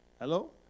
Hello